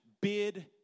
bid